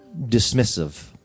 dismissive